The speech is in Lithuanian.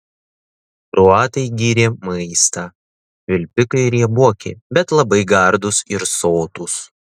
kroatai gyrė maistą švilpikai rieboki bet labai gardūs ir sotūs